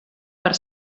per